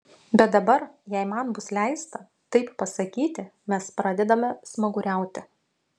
bet dabar jei man bus leista taip pasakyti mes pradedame smaguriauti